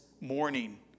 morning